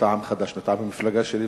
מטעם חד"ש,